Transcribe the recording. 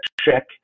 check